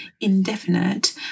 indefinite